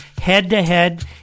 head-to-head